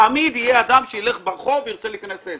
תמיד יהיה אדם שילך ברחוב וירצה להיכנס לעסק.